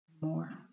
more